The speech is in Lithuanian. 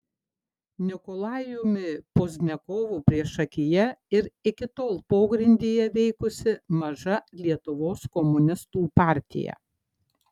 nikolajumi pozdniakovu priešakyje ir iki tol pogrindyje veikusi maža lietuvos komunistų partija